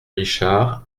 richard